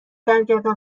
برگردم